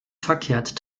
verkehrt